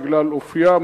בגלל אופיה,